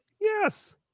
yes